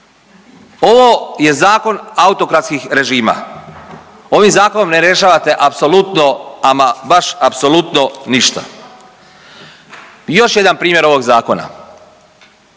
Ovo je zakon autokratskih režima. Ovim zakonom ne rješavate apsolutno, ama baš apsolutno ništa. I još jedan primjer ovog zakona.